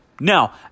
Now